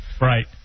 Right